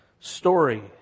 Story